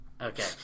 Okay